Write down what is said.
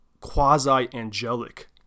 quasi-angelic